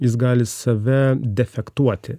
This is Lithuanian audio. jis gali save defektuoti